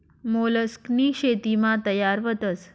मोलस्कनी शेतीमा तयार व्हतस